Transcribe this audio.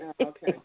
Okay